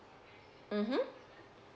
mmhmm